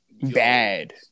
Bad